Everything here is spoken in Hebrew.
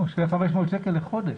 זה 500 שקלים לחודש.